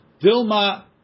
Dilma